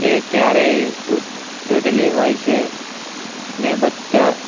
એ ક્યારેય તૂટેલી હોય છે ને બધા